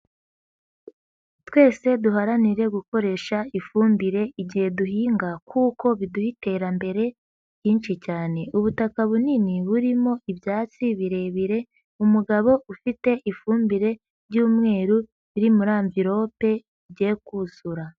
Twese duharanire gukoresha ifumbire igihe duhinga, kuko biduha iterambere ryinshi cyane, ubutaka bunini burimo ibyatsi birebire umugabo ufite ifumbire y'umweru biri muri anvilope igiye kuzura.